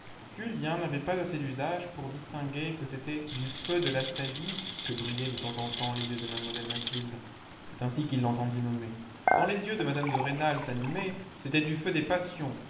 julien n'avait pas assez d'usage pour distinguer que c'était du feu de la saillie que brillaient de temps en temps les yeux de mlle mathilde c'est ainsi qu'il l'entendit nommer quand les yeux de mme de rênal s'animaient c'était du feu des passions